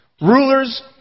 Rulers